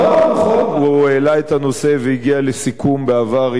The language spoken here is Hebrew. הוא העלה את הנושא והגיע לסיכום בעבר עם קלינטון,